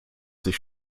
sich